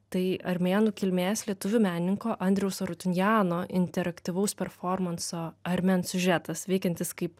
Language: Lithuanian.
tai armėnų kilmės lietuvių menininko andriaus arutinjano interaktyvaus performanso armen siužetas veikiantis kaip